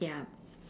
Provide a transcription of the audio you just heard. ya